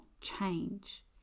change